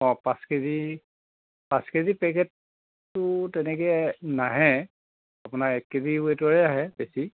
অঁ পাঁচ কেজি পাঁচ কেজিৰ পেকেটটো তেনেকৈ নাহে আপোনাৰ এক কেজি ৱেইটৰে আহে বেছি